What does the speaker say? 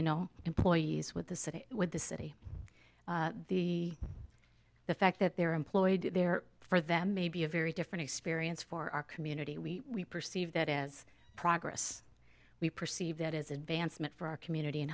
latino employees with the city with the city the the fact that they are employed there for them may be a very different experience for our community we perceive that as progress we perceive that is advancement for our community